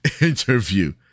interview